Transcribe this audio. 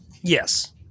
Yes